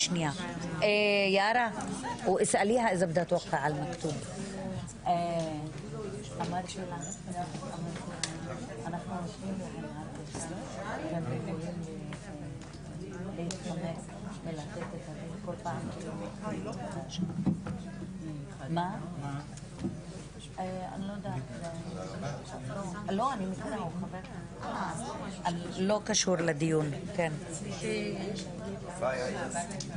13:08.